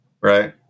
Right